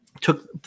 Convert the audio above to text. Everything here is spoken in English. Took